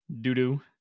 doo-doo